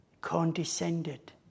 condescended